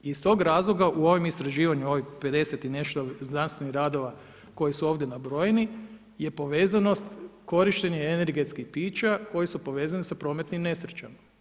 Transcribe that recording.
Iz tog razloga iz ovog istraživanju, ovih 50 i nešto znanstvenih radova koji su ovdje nabrojeni, je povezanost korištenost energetskih pića koje su povezane s prometnim nesrećama.